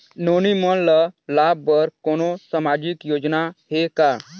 नोनी मन ल लाभ बर कोनो सामाजिक योजना हे का?